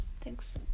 Thanks